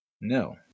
No